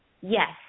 Yes